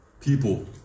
People